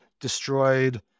destroyed